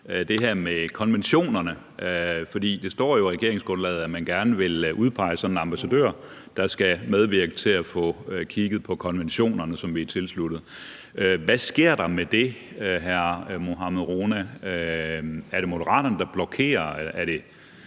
det her med konventionerne. Der står jo i regeringsgrundlaget, at man gerne vil udpege en ambassadør, der skal medvirke til at få kigget på de konventioner, som vi er tilsluttet. Hvad sker der med det, hr. Mohammad Rona? Er det Moderaterne, der blokerer